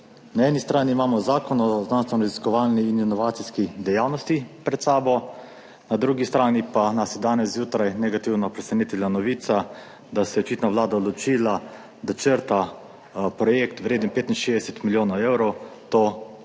Na eni strani imamo pred sabo Zakon o znanstvenoraziskovalni in inovacijski dejavnosti, na drugi strani pa nas je danes zjutraj negativno presenetila novica, da se je očitno Vlada odločila, da črta projekt, vreden 65 milijonov evrov, da bi